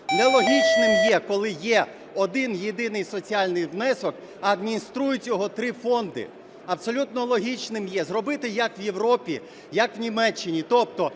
Нелогічним є, коли є один єдиний соціальний внесок, а адмініструють його три фонди. Абсолютно логічним є зробити як в Європі, як в Німеччині,